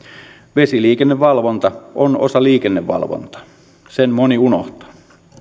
vesiliikennevalvonta on osa liikennevalvontaa sen moni unohtaa